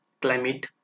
Climate